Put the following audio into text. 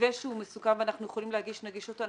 מתווה שהוא מסוכם ואנחנו יכולים להגיש, נגיש אותו.